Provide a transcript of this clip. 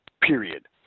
Period